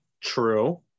True